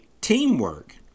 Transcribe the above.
teamwork